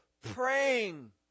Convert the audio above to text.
praying